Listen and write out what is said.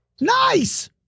nice